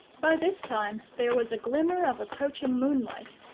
by this time there was a glimmer of approaching moonlight,